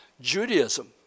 Judaism